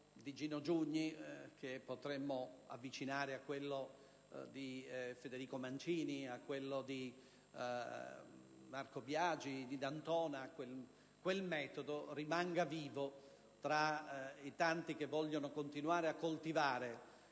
di Gino Giugni, che potremmo avvicinare a quello di Federico Mancini, di Marco Biagi e di Massimo D'Antona, rimanga vivo tra i tanti che vogliono continuare a coltivare